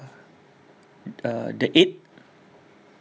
err the eight